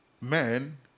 men